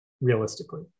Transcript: realistically